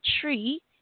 tree